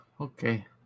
Okay